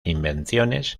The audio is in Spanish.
invenciones